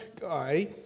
guy